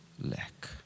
lack